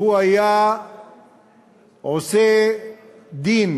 שהוא היה עושה דין